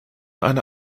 eine